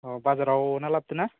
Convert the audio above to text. अ बाजाराव ना लाबदोना